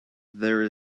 there